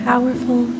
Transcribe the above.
Powerful